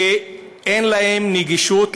שאין להם נגישות,